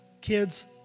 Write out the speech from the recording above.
kids